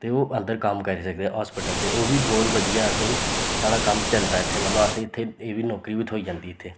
ते ओह् अंदर कम्म करी सकदे हास्पिटल दे ओह् बी बोह्त बधिया असेंगी साढ़ा कम्म चलदा इत्थें मतलब असें इत्थें एह् बी नौकरी बी थ्होई जंदी इत्थें